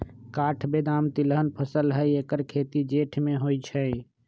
काठ बेदाम तिलहन फसल हई ऐकर खेती जेठ में होइ छइ